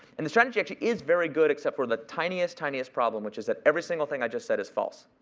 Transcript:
and the strategy actually is very good, except for the tiniest, tiniest problem, which is that every single thing i just said is false.